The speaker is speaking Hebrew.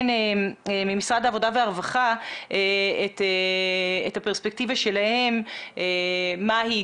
ממשרד העבודה והרווחה את הפרספקטיבה שלהם מה היא,